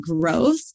growth